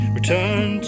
Return